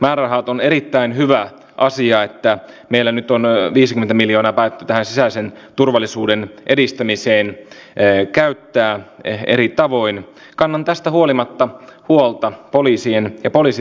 kun on sanottu että niille nyt on viisi miljoonaa vai tähän sisäisen turvallisuuden edistämiseen eli käyttää eri tavoin kannan me olemme viroa jäljessä siinä